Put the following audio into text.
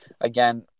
again